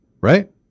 Right